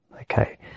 Okay